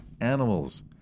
animals